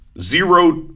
zero